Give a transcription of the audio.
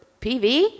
PV